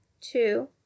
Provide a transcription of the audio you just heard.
Two